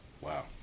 Wow